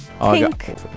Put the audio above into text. pink